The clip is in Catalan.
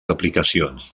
aplicacions